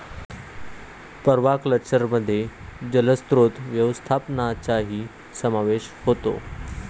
पर्माकल्चरमध्ये जलस्रोत व्यवस्थापनाचाही समावेश होतो